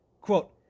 quote